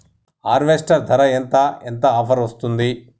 Harvester ధర ఎంత ఎంత ఆఫర్ వస్తుంది?